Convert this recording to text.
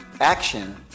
Action